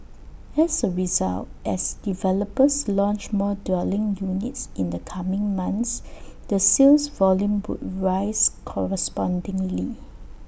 as A result as developers launch more dwelling units in the coming months the sales volume would rise correspondingly